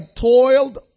toiled